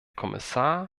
kommissar